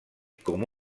com